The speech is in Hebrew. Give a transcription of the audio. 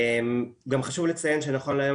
גם חשוב לציין שנכון להיום,